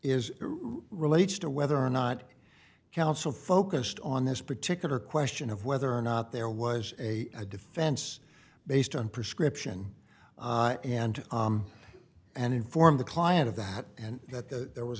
is related to whether or not counsel focused on this particular question of whether or not there was a defense based on prescription and and inform the client of that and that the there was